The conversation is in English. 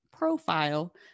profile